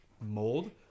mold